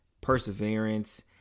perseverance